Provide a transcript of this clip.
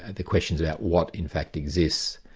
and the questions about what in fact exists,